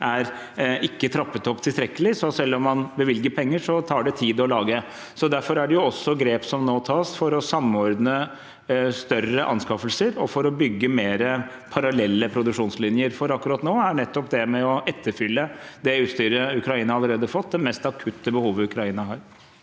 er trappet opp tilstrekkelig, så selv om man bevilger penger, tar det tid å lage. Derfor tas det også grep nå for å samordne større anskaffelser og for å bygge mer parallelle produksjonslinjer, for akkurat nå er nettopp det å etterfylle det utstyret Ukraina allerede har fått, det mest akutte behovet Ukraina har.